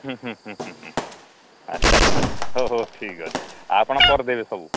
ହୁଁ ହୁଁ ହୁଁ ଆଚ୍ଛା ଆଚ୍ଛା ହଉ ହଉ ଠିକ୍ ଅଛି ଆପଣ କରିଦେବେ ସବୁ